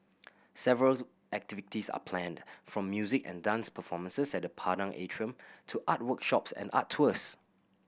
several activities are planned from music and dance performances at the Padang Atrium to art workshops and art tours